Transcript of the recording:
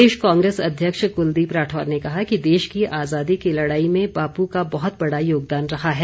प्रदेश कांग्रेस अध्यक्ष कुलदीप राठौर ने कहा कि देश की आजादी की लड़ाई में बापू का बहत बड़ा योगदान रहा है